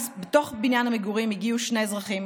אז לתוך בניין המגורים הגיעו שני אזרחים,